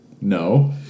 No